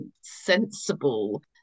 sensible